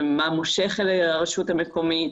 מה מושך אל הרשות המקומית